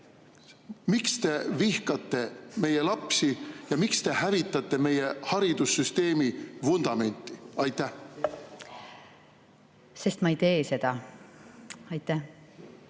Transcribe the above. Miks te vihkate meie lapsi ja miks te hävitate meie haridussüsteemi vundamenti? Ma ei tee seda. Ma ei tee seda. Siim